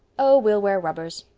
oh, we'll wear rubbers,